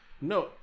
No